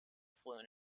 fluent